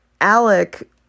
ALEC